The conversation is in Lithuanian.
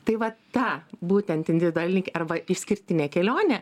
tai va ta būtent individuali arba išskirtinė kelionė